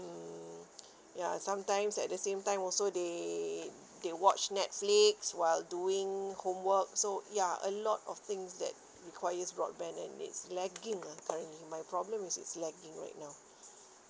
mm ya sometimes at the same time also they they watch netflix while doing homework so ya a lot of things that requires broadband and it's lagging ah currently my problem is it's lagging right now